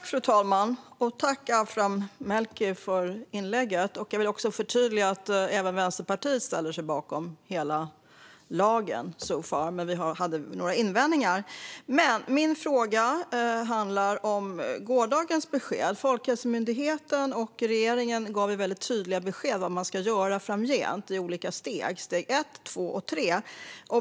Fru talman! Jag tackar Aphram Melki för hans inlägg. Jag vill också förtydliga att även Vänsterpartiet ställer sig bakom hela lagen, so far. Men vi hade några invändningar. Min fråga handlar om gårdagens besked. Folkhälsomyndigheten och regeringen gav väldigt tydliga besked om vad man ska göra framgent i olika steg - steg ett, två och tre.